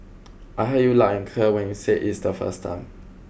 I heard you loud and clear when you said it's the first time